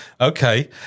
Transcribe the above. Okay